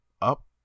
up